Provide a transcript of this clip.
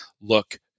look